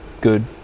good